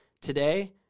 Today